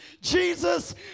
Jesus